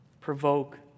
provoke